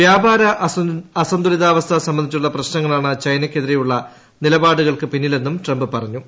വ്യാപാര അസന്തുലിതാവസ്ഥ സംബന്ധിച്ചുള്ള പ്രശ്നങ്ങളാണ് ചൈനക്കെതിരെയുള്ള നിലപാടുകൾക്ക് പിന്നിലെന്നും ട്രംപ് പറഞ്ഞു